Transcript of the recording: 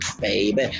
baby